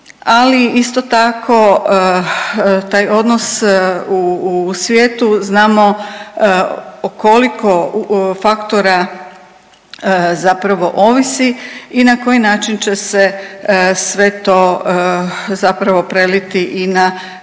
ali isto tako taj odnos u svijetu znamo o koliko faktora zapravo ovisi i na koji način će se sve to zapravo preliti i na